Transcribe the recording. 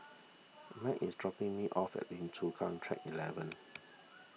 Meg is dropping me off at Lim Chu Kang Track eleven